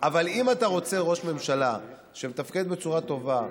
אבל אם אתה רוצה ראש ממשלה שמתפקד בצורה טובה,